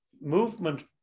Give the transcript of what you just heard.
movement